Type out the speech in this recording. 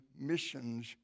missions